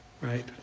right